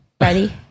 Ready